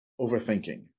overthinking